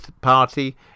party